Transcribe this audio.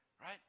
right